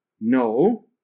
No